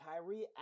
Kyrie